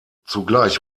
zugleich